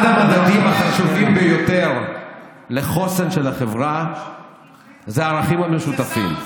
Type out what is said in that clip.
אחד המדדים החשובים ביותר לחוסן של החברה זה הערכים המשותפים.